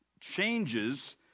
changes